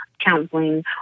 counseling